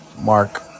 Mark